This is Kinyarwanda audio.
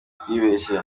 twibeshye